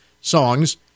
songs